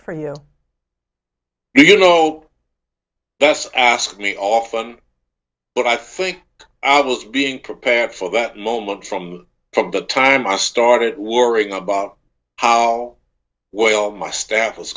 for here you know that's asked me often but i think i was being prepared for that moment from the time i started worrying about how well my staff was